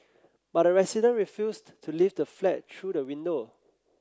but the resident refused to leave the flat through the window